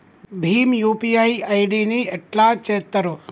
Bhim UPI ID ని ఎట్లా చేత్తరు?